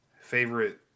favorite